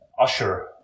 usher